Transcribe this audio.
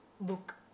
book